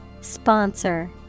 Sponsor